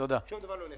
שום דבר לא נגבה.